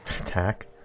Attack